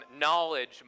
knowledge